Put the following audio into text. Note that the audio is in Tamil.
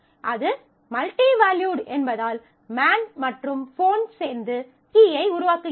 அது மல்டி வேல்யூட் என்பதால் மேன் மற்றும் ஃபோன்ஸ் சேர்ந்து கீயை உருவாக்குகின்றன